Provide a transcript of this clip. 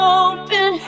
open